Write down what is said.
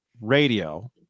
radio